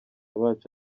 bacu